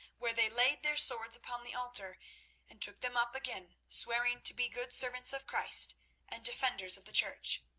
where they laid their swords upon the altar and took them up again, swearing to be good servants of christ and defenders of the church.